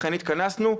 לכן התכנסנו,